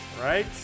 right